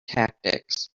tactics